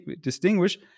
distinguish